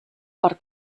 per